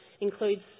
includes